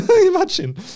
Imagine